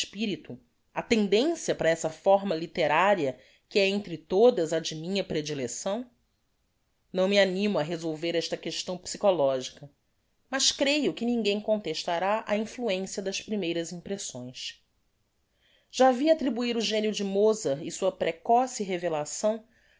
espirito a tendencia para essa fórma litteraria que é entre todas a de minha predilecção não me animo á resolver esta questão psychologica mas creio que ninguem contestará a influencia das primeiras impressões já vi attribuir o genio de mozart e sua precoce revelação